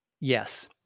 Yes